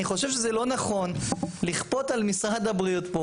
אני חושב שזה לא נכון לכפות על משרד הבריאות פה